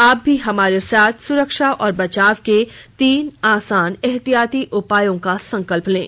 आप भी हमारे साथ सुरक्षा और बचाव के तीन आसान एहतियाती उपायों का संकल्प लें